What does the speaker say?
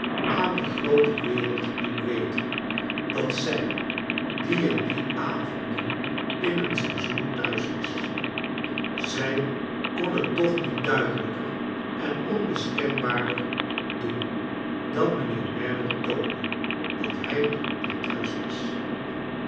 aan de groote wereld doen weten dat zij die en die avonden in een seizoen thuis was zij kon het toch niet duidelijker en onmiskenbaarder doen dan mijnheer merdle toonde dat hij niet thuis was